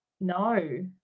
no